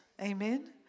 Amen